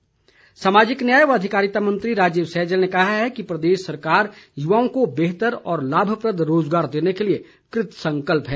सैजल सामाजिक न्याय व अधिकारिता मंत्री राजीव सैजल ने कहा है कि प्रदेश सरकार युवाओं को बेहतर और लाभप्रद रोजगार देने के लिए कृतसंकल्प है